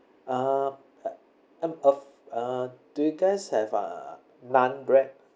uh a~ and oh uh do you guys have uh naan bread